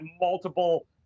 multiple